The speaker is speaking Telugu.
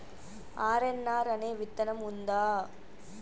ఆర్.ఎన్.ఆర్ అనే విత్తనం ఉందా?